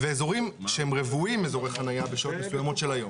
ואזורים שהם רוויים אזורי חניה בשעות מסוימות של היום,